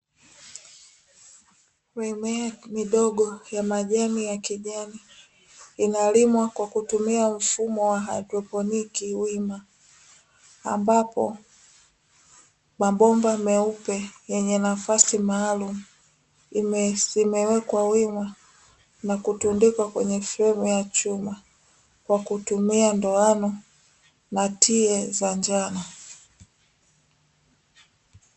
Mimea kidogo ya majani ya kijani inalimwa kwa kutumia mfumo wa aina ya haidroponiki wima. Ambapo mabomba meupe yenye nafasi maalum imewekwa wima na kutundikwa kwenye flemu ya chuma kwa kutumia ndoano na tie za njano.